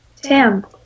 Tam